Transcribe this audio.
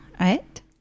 right